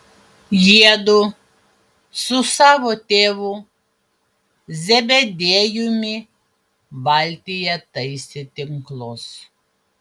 jiedu su savo tėvu zebediejumi valtyje taisė tinklus